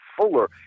fuller